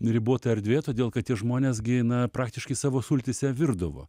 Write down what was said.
ribota erdvė todėl kad tie žmonės gi na praktiškai savo sultyse virdavo